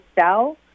sell